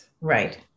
Right